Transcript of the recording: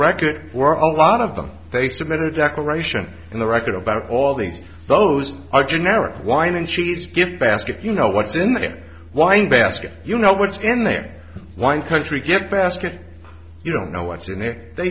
record or a lot of them they submitted a declaration in the record about all these those are generic wine and cheese gift basket you know what's in their wine basket you know what's in their wine country gift basket you don't know what's in it they